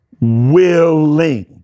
willing